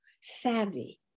savvy